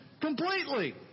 completely